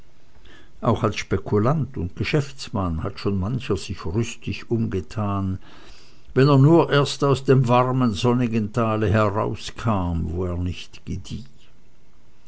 auch als spekulant und geschäftsmann hat schon mancher sich rüstig umgetan wenn er nur erst aus dem warmen sonnigen tale herauskam wo er nicht gedieh